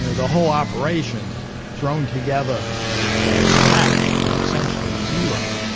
and the whole operation thrown together from scratch, from essentially zero,